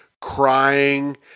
crying